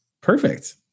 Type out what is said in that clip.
Perfect